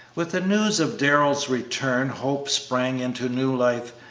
with the news of darrell's return, hope sprang into new life,